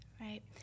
Right